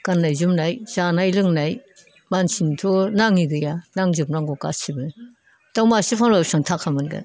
गाननाय जोमनाय जानाय लोंनाय मानसिनोथ' नाङै गैया नांजोबनांगौ गासिबो दाउ मासे फानब्ला बिसिबां थाखा मोनगोन